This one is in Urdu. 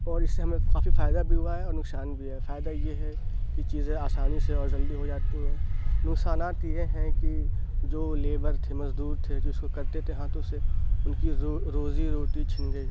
اور اس سے ہمیں کافی فائدہ بھی ہوا ہے اور نقصان بھی ہے فائدہ یہ ہے کہ چیزیں آسانی سے اور جلدی ہو جاتی ہیں نقصانات یہ ہیں کہ جو لیبر تھے مزدور تھے جس کو کرتے تھے ہاتھوں سے ان کی روزی روٹی چھن گئی